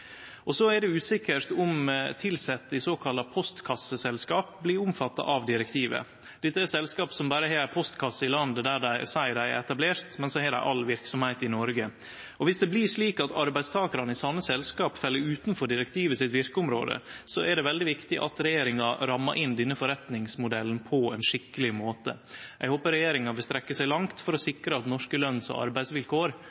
Så er det usikkert om tilsette i såkalla postkasseselskap blir omfatta av dette direktivet. Dette er selskap som berre har ei postkasse i det landet der dei seier dei er etablerte, men har all si verksemd i Noreg, og viss det blir slik at arbeidstakarane i slike selskap fell utanfor direktivet sitt virkeområde, er det veldig viktig at regjeringa rammar inn denne forretningsmodellen på ein skikkeleg måte. Eg håpar regjeringa vil strekkje seg langt for å